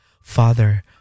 Father